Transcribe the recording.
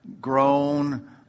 grown